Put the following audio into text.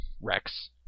Rex